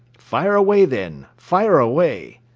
fire away then, fire away!